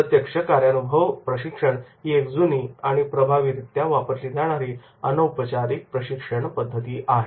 प्रत्यक्ष कार्यानुभव प्रशिक्षण ही एक जुनी आणि प्रभावीरित्या वापरली जाणारी अनौपचारिक प्रशिक्षण पद्धत आहे